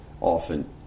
often